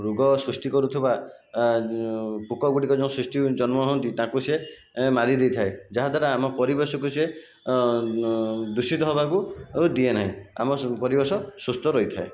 ରୋଗ ସୃଷ୍ଟି କରୁଥିବା ପୋକ ଗୁଡ଼ିକ ଯେଉଁ ସୃଷ୍ଟି ଯେଉଁ ଜନ୍ମ ହୁଅନ୍ତି ତାଙ୍କୁ ସିଏ ମାରିଦେଇଥାଏ ଯାହାଦ୍ଵାରା ଆମ ପରିବେଶକୁ ସିଏ ଦୂଷିତ ହେବାକୁ ଦିଏନାହିଁ ଆମ ପରିବେଶ ସୁସ୍ଥ ରହିଥାଏ